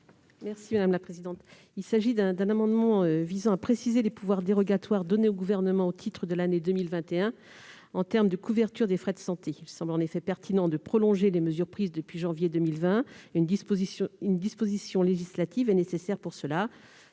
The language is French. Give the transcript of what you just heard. est à Mme la rapporteure. Il s'agit d'un amendement visant à préciser les pouvoirs dérogatoires donnés au Gouvernement au titre de l'année 2021 en matière de couverture des frais de santé. Il semble en effet pertinent de prolonger les mesures prises depuis janvier 2020. Une disposition législative est nécessaire pour cela.